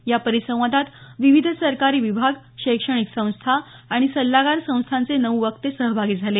या परिसंवादात विविध सरकारी विभाग शैक्षणिक संस्था आणि सल्लागार संस्थांचे नऊ वक्ते सहभागी झाले